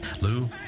Lou